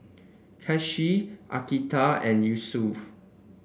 Kasih Atiqah and Yusuf